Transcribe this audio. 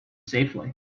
safely